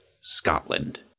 Scotland